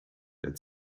der